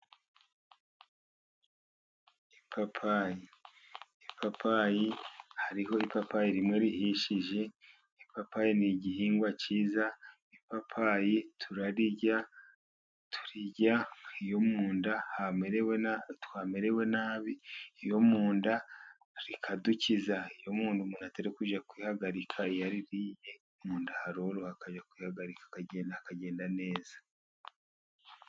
Ipapayi hariho ipapayi rimwe rihishije, ipapayi ni igihingwa cyiza, ipapayi turarirya turirya iyo mu nda hamerewe nabi, twamerewe nabi iyo mu nda hatameze neza rikadukiza iyo umuntu atari kujya kwihagarika yaririye mu nda haroroha akajya kwihagarika akagenda akagenda neza.